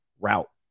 route